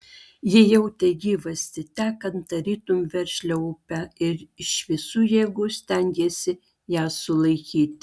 ji jautė gyvastį tekant tarytum veržlią upę ir iš visų jėgų stengėsi ją sulaikyti